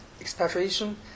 expatriation